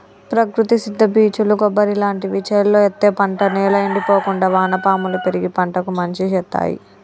ప్రకృతి సిద్ద పీచులు కొబ్బరి లాంటివి చేలో ఎత్తే పంట నేల ఎండిపోకుండా వానపాములు పెరిగి పంటకు మంచి శేత్తాయ్